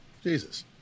Jesus